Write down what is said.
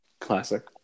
Classic